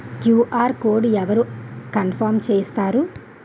QR code అవరు confirm చేస్తారు?